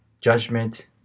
judgment